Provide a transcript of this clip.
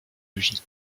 logis